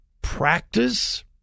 practice